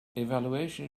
evaluation